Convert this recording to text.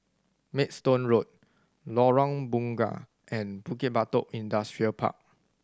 Maidstone Road Lorong Bunga and Bukit Batok Industrial Park